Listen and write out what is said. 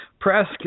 Press